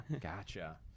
Gotcha